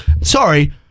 Sorry